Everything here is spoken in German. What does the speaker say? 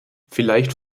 vielleicht